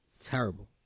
terrible